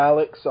Alex